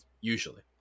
usually